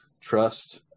trust